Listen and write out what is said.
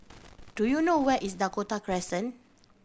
do you know where is Dakota Crescent